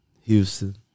Houston